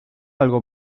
algo